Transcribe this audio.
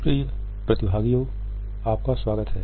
प्रिय प्रतिभागियों आप का स्वागत है